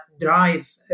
drive